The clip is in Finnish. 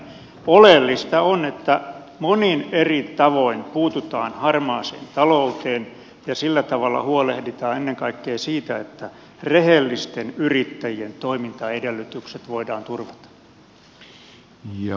oleellista on että monin eri tavoin puututaan harmaaseen talouteen ja sillä tavalla huolehditaan ennen kaikkea siitä että rehellisten yrittäjien toimintaedellytykset voidaan turvata